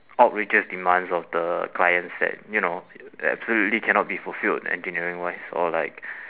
outrageous demands of the clients that you know absolutely cannot be fulfilled engineering wise or like